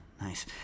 nice